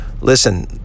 Listen